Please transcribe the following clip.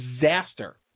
disaster